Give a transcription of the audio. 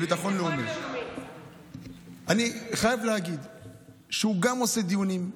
גם עושה דיונים,